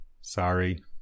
Sorry